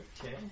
Okay